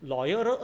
Lawyer